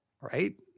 right